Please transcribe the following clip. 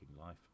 life